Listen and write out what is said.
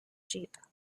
sheep